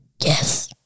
Yes